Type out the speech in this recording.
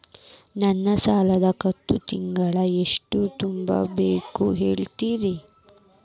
ನನ್ನ ಸಾಲದ ಕಂತು ತಿಂಗಳ ಎಷ್ಟ ತುಂಬಬೇಕು ಹೇಳ್ರಿ?